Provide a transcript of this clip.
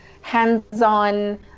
hands-on